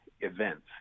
events